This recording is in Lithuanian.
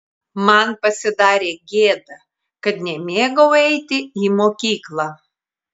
man pasidarė gėda kad nemėgau eiti į mokyklą